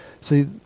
See